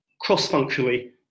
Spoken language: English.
cross-functionally